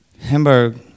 Hamburg